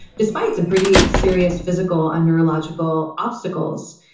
despite some pretty serious physical and neurological obstacles.